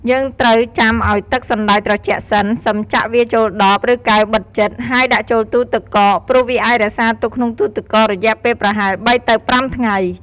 យើងត្រូវចាំឱ្យទឹកសណ្តែកត្រជាក់សិន សិមចាក់វាចូលដប ឬកែវបិទជិត ហើយដាក់ចូលទូរទឹកកក ព្រោះវាអាចរក្សាទុកក្នុងទូទឹកកករយៈពេលប្រហែល ៣ ទៅ ៥ ថ្ងៃ។